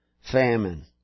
famine